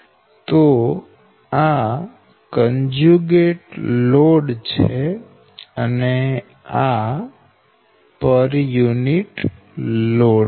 તો આ conjugate load છે અને આ પર યુનિટ લોડ છે